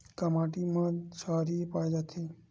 का माटी मा क्षारीय पाए जाथे?